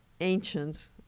ancient